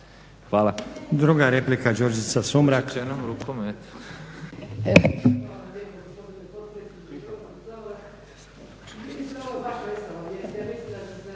Hvala.